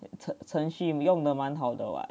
程程序用的蛮好的 what